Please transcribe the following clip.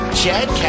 chad